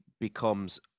becomes